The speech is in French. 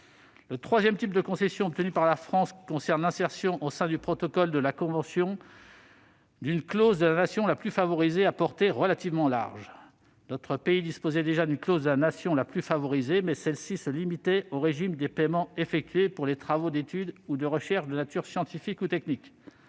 Le troisième type de concession obtenue par la France concerne l'insertion au sein du protocole de la convention d'une clause de la nation la plus favorisée, dont la portée est relativement large. Notre pays disposait déjà d'une telle clause, mais celle-ci se limitait au régime des paiements effectués pour les travaux d'étude ou de recherche de nature scientifique ou technique.